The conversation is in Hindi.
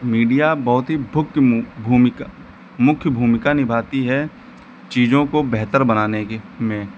मीडिया बहुत ही भुक्य भूमिका मुख्य भूमिका निभाता है चीज़ों को बेहतर बनाने की में